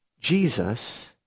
Jesus